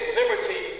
liberty